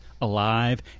alive